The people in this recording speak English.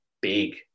big